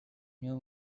new